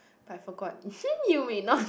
I forgot you may not